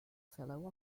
fellow